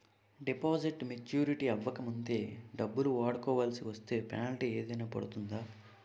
Deposit maturity అవ్వక ముందే డబ్బులు వాడుకొవాల్సి వస్తే పెనాల్టీ ఏదైనా పడుతుందా?